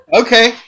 okay